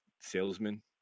salesman